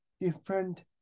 different